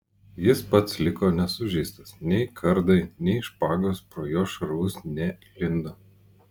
jis pats liko nesužeistas nei kardai nei špagos pro jo šarvus nelindo